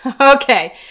Okay